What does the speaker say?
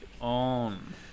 on